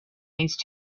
these